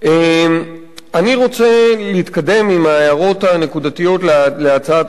אני רוצה להתקדם עם ההערות הנקודתיות להצעת החוק